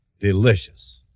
delicious